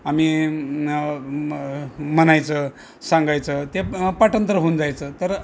आम्ही म्हणायचं सांगायचं ते पाठान्तर होऊन जायचं तर